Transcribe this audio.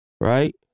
right